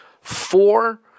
four